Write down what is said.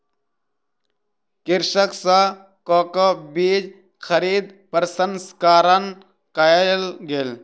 कृषक सॅ कोको बीज खरीद प्रसंस्करण कयल गेल